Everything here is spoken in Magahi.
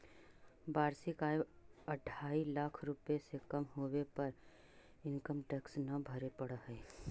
वार्षिक आय अढ़ाई लाख रुपए से कम होवे पर इनकम टैक्स न भरे पड़ऽ हई